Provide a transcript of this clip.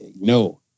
No